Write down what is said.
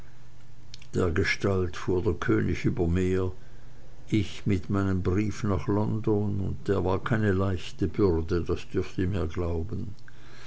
dergestalt fuhr der könig über meer ich mit meinem briefe nach london und der war keine leichte bürde das dürft ihr mir glauben